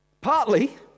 Partly